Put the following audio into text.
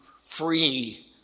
free